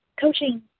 coaching